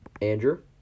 Andrew